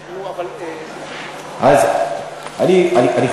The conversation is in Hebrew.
נו, אבל, אני חושב,